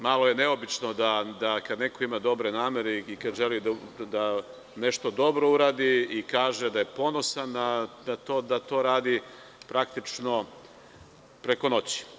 Malo je neobično da kada neko ima dobre namere i kada želi da nešto dobro uradi i kaže da je ponosan na to, da to radi praktično preko noći.